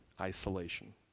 isolation